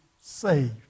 saved